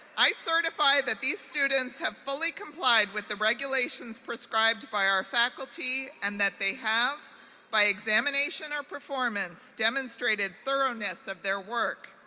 i certify that these students have fully complied with the regulations prescribed by our faculty and that they have by examination or performance demonstrated thoroughness of their work.